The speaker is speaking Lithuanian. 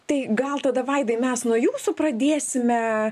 tai gal tada vaidai mes nuo jūsų pradėsime